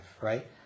right